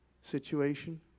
situation